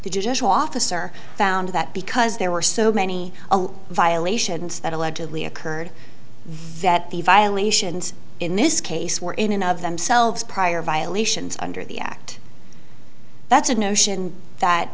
the judicial officer found that because there were so many violations that allegedly occurred that the violations in this case were in and of themselves prior violations under the act that's a notion that